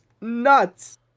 nuts